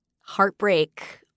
heartbreak